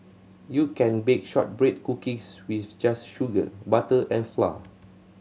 you can bake shortbread cookies with just sugar butter and flour